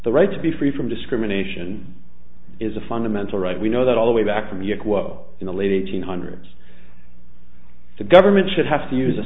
the right to be free from discrimination is a fundamental right we know that all the way back from your quo in the late eight hundred s the government should have to use